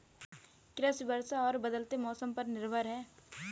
कृषि वर्षा और बदलते मौसम पर निर्भर है